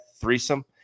threesome